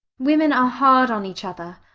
women are hard on each other.